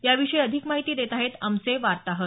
याविषयी अधिक माहिती देत आहेत आमचे वार्ताहर